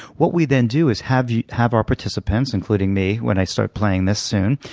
what we then do is have have our participants, including me, when i start playing this soon,